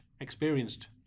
experienced